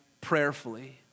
prayerfully